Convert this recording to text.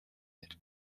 hält